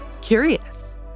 curious